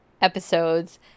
episodes